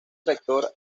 rector